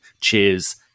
cheers